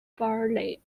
barley